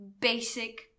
basic